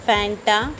Fanta